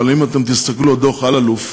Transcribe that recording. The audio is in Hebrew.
אבל אם אתם תסתכלו על דוח אלאלוף,